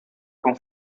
con